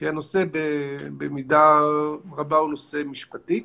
כי הנושא במידה רבה הוא נושא משפטי.